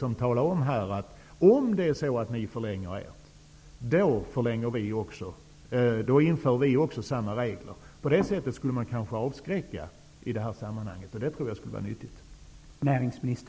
Om vi säger att vi förlänger våra subventioner så länge de förlänger sina, skulle det kanske verka avskräckande, och jag tror att det skulle vara nyttigt.